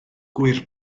gŵyr